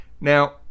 Now